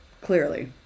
Clearly